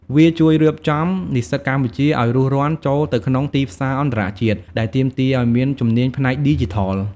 វាជួយរៀបចំនិស្សិតកម្ពុជាឱ្យរួសរាន់ចូលទៅក្នុងទីផ្សារអន្តរជាតិ ដែលទាមទារឱ្យមានជំនាញផ្នែកឌីជីថល។